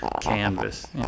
canvas